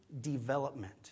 development